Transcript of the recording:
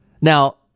Now